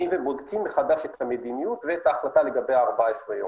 בודקים מחדש את המדיניות ואת ההחלטה לגבי ה-14 יום.